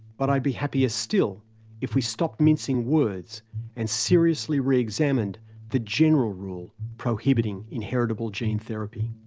but i'd be happier still if we stopped mincing words and seriously re-examined the general rule prohibiting inheritable gene therapy.